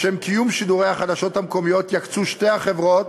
לשם קיום שידורי החדשות המקומיות יקצו שתי החברות